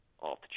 off